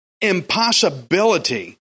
impossibility